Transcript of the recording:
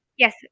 Yes